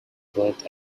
birth